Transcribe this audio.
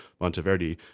Monteverdi